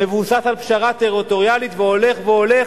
המבוסס על פשרה טריטוריאלית", והולך והולך.